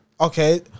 Okay